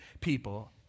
people